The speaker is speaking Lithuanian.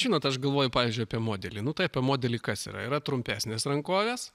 žinot aš galvoju pavyzdžiui apie modelį nu tai apie modelį kas yra yra trumpesnės rankovės